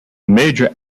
major